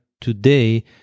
today